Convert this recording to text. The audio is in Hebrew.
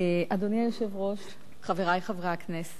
אדוני היושב-ראש, חברי חברי הכנסת,